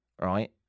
right